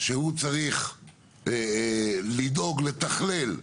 שהוא צריך לדאוג לתכלל,